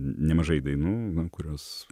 nemažai dainų kurios